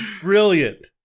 brilliant